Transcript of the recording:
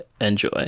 enjoy